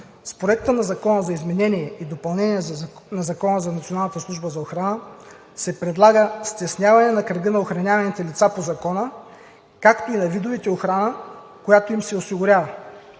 С Проекта на Закон за изменение и допълнение на Закона за Националната служба за охрана се предлага стесняване на кръга на охраняваните лица по Закона, както и на видовете охрана, която им се осигурява.